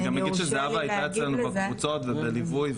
אני גם אגיד שזהבה הייתה אצלנו בקבוצות ובליווי.